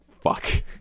fuck